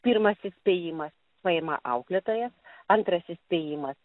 pirmas įspėjimas paima auklėtojas antras įspėjimas